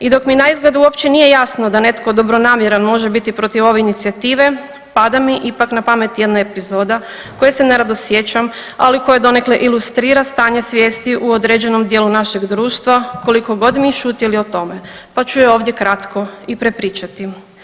I dok mi naizgled uopće nije jasno da netko dobronamjeran može biti protiv ove inicijative, pada mi ipak na pamet jedna epizoda koje se nerado sjećam, ali koje donekle ilustrira stanje svijesti u određenom dijelu našeg društva koliko god mi šutjeli o tome, pa ću je ovdje kratko i prepričati.